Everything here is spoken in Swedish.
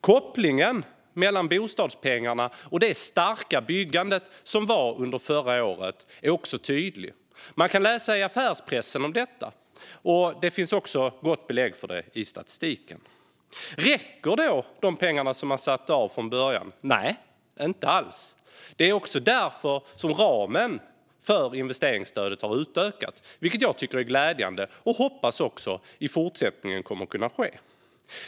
Kopplingen mellan bostadspengarna och det starka byggande som skedde under förra året är också tydlig. Man kan läsa i affärspressen om detta, och det finns också gott belägg för det i statistiken. Räcker då de pengar som man satte av från början? Nej, inte alls. Det är också därför ramen för investeringsstödet har utökats. Jag tycker att detta är glädjande och hoppas också att det kommer att kunna ske i fortsättningen.